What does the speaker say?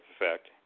effect